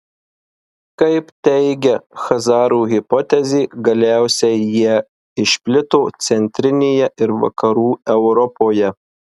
kaip teigia chazarų hipotezė galiausiai jie išplito centrinėje ir vakarų europoje